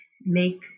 make